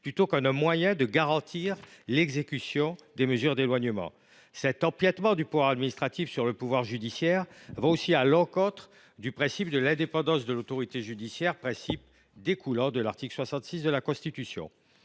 plutôt qu’un moyen de garantir l’exécution des mesures d’éloignement. En outre, cet empiétement du pouvoir administratif sur le pouvoir judiciaire va à l’encontre du principe de l’indépendance de l’autorité judiciaire, qui découle de l’article 66 de la Constitution.